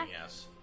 yes